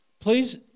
please